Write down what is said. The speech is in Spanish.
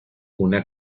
una